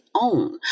own